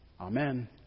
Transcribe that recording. Amen